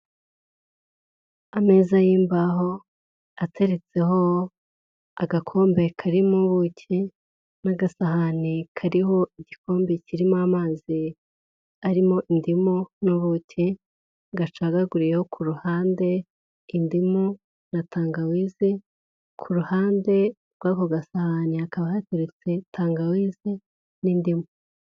Ameza y'imbaho ateretseho agakombe karimo ubuki n'agasahani kariho igikombe kirimo amazi arimo indimu n'ubuki gacaguriyeho ku ruhande indimu na tangawizi, ku ruhande rw'ako gasahani hakaba hateretse tangawizi n'indimu.